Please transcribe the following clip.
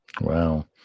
Wow